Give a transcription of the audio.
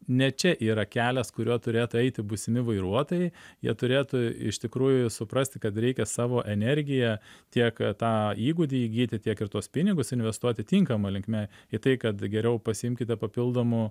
ne čia yra kelias kuriuo turėtų eiti būsimi vairuotojai jie turėtų iš tikrųjų suprasti kad reikia savo energiją tiek tą įgūdį įgyti tiek ir tuos pinigus investuoti tinkama linkme į tai kad geriau pasiimkite papildomų